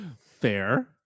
Fair